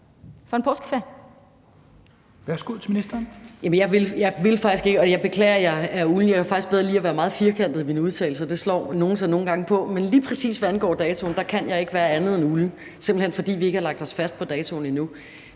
og undervisningsministeren (Pernille Rosenkrantz-Theil): Jeg beklager, at jeg er ulden, for jeg kan faktisk bedre lide at være meget firkantet i mine udtalelser – det slår nogle sig nogle gange på – men lige præcis hvad angår datoen, kan jeg ikke være andet end ulden, simpelt hen fordi vi ikke har lagt os fast på datoen endnu.